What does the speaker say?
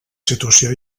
situació